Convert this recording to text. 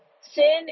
Sin